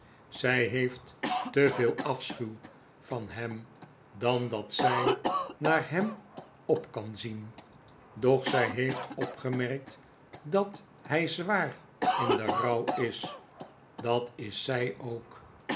zij heeft te veel afschuw van hem dan dat zjj naar hem op kan zien doch zjj heeft opgemerkt dat hy zwaar in den rouw is dat is zjj ook